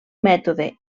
mètode